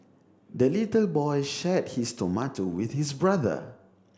the little boy shared his tomato with his brother